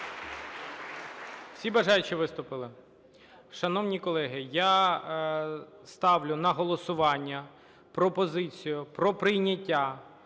Всі бажаючі виступили? Шановні колеги, я ставлю на голосування пропозицію про прийняття